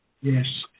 Yes